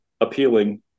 appealing